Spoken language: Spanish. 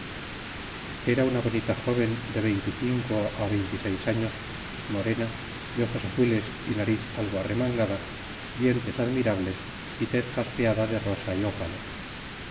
era una bonita joven de veinte y cinco á veinte y seis años morena de ojos azules y nariz algo arremangada dientes admirables y tez jaspeada de rosa y opalo